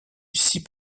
six